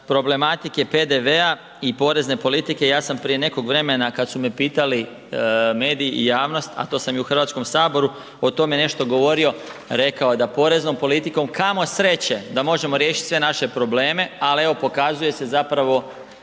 problematike PDV-a i porezne politike, ja sam prije nekog vremena kad su me pitali mediji i javnost, a to sam i u HS-u o tome nešto govorio, rekao da poreznom politikom, kamo sreće, da možemo riješiti sve naše probleme, ali evo, pokazuje se zapravo